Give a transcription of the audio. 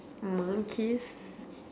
monkeys